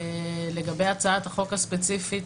לגבי הצעת החוק הספציפית